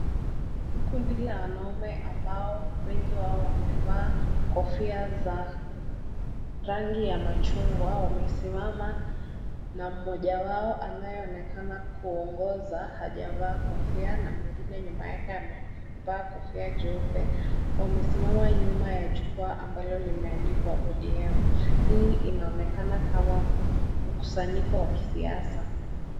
Kundi la wanaume ambao wengi wao wamevaa kofia za rangi ya machungwa. Wamesimama na mmoja wao anayeonekana kuongoza hajavaa kofia na mwingine nyuma yake amevaa kofia jeupe. Wamesimama nyuma ya jukwaa ambalo limeandikwa ODM. Hii inaonekana kama mkusanyiko wa kisiasa.